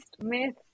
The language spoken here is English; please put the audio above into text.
myth